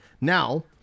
now